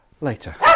later